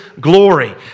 glory